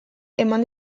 eman